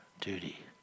duty